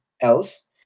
else